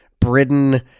Britain